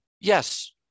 yes